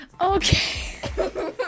Okay